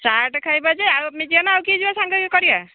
ଚାଟ୍ ଖାଇବା ଯେ ଆଉ ଆମେ ଯିବା ନା ଆଉ କିଏ ଯିବା ସାଙ୍ଗ କରିବା